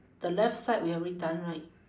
the left side we already done right